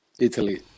Italy